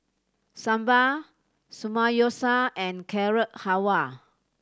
Sambar Samgeyopsal and Carrot Halwa